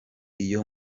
iyo